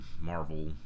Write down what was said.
Marvel